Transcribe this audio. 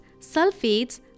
sulfates